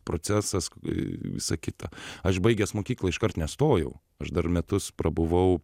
procesas visa kita aš baigęs mokyklą iškart nestojau aš dar metus prabuvau